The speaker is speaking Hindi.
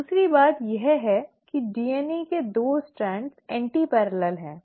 दूसरी बात यह है कि डीएनए के 2 स्ट्रैंड एंटीपैरल हैं